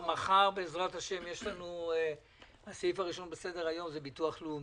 מחר בעזרת השם הסעיף הראשון על סדר היום הוא הביטוח הלאומי,